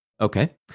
Okay